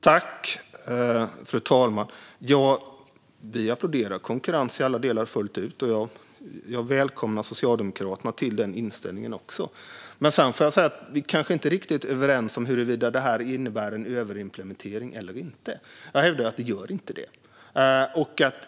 Fru talman! Vi applåderar konkurrens i alla delar fullt ut, och jag välkomnar även Socialdemokraterna till den inställningen. Sedan får jag dock säga att vi kanske inte är riktigt överens om huruvida detta innebär en överimplementering eller inte. Jag hävdar att det inte gör det.